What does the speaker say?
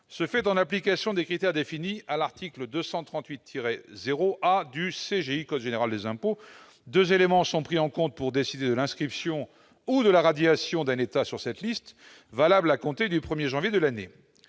se fait en appliquant les critères définis à l'article 238-0 A du code général des impôts. Deux éléments sont pris en compte pour décider de l'inscription ou de la radiation d'un État de cette liste, à compter du 1 janvier de l'année